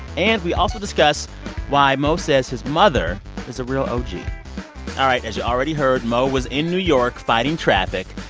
and we also discuss why mo says his mother is a real ah og all right, as you already heard, mo was in new york fighting traffic.